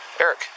Eric